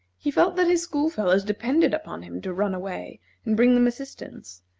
he felt that his school-fellows depended upon him to run away and bring them assistance,